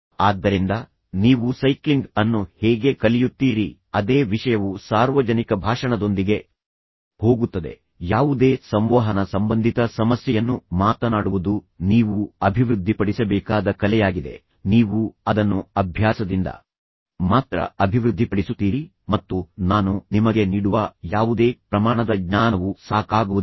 ಆದ್ದರಿಂದ ನೀವು ಸೈಕ್ಲಿಂಗ್ ಅನ್ನು ಹೇಗೆ ಕಲಿಯುತ್ತೀರಿ ಅದೇ ವಿಷಯವು ಸಾರ್ವಜನಿಕ ಭಾಷಣದೊಂದಿಗೆ ಹೋಗುತ್ತದೆ ಯಾವುದೇ ಸಂವಹನ ಸಂಬಂಧಿತ ಸಮಸ್ಯೆಯನ್ನು ಮಾತನಾಡುವುದು ನೀವು ಅಭಿವೃದ್ಧಿಪಡಿಸಬೇಕಾದ ಕಲೆಯಾಗಿದೆ ನೀವು ಅದನ್ನು ಅಭ್ಯಾಸದಿಂದ ಮಾತ್ರ ಅಭಿವೃದ್ಧಿಪಡಿಸುತ್ತೀರಿ ಮತ್ತು ನಾನು ನಿಮಗೆ ನೀಡುವ ಯಾವುದೇ ಪ್ರಮಾಣದ ಜ್ಞಾನವು ಸಾಕಾಗುವುದಿಲ್ಲ